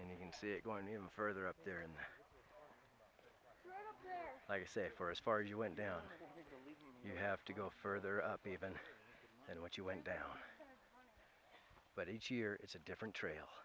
and you can see it going even further up there and like i say for as far as you went down you have to go further even and what you went down but each year it's a different trail